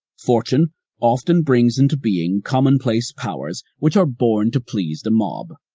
fortune often brings into being commonplace powers, which are born to please the mob,